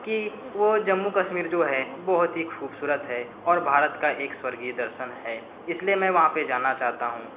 कि वो जम्मू कश्मीर जो है बहुत ही खूबसूरत है और भारत का एक स्वर्गीय दर्शन है इसलिए मैं वहाँ पे जाना चाहता हूँ